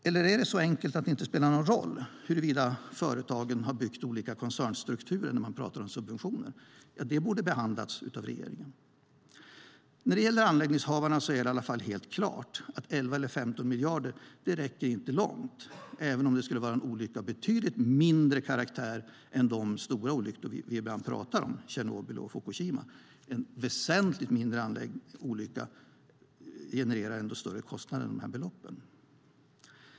Eller är det så enkelt att det inte spelar någon roll huruvida företagen har byggt olika koncernstrukturer när man pratar om subventioner? Det borde ha behandlats av regeringen. När det gäller anläggningshavarna är det helt klart att 11 eller 15 miljarder inte räcker långt, även om det skulle bli en olycka av betydligt mindre karaktär än de stora olyckor vi ibland pratar om, Tjernobyl och Fukushima. En väsentligt mindre olycka genererar ändå större kostnader än dessa belopp.